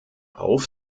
auf